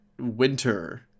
winter